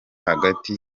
hagati